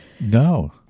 No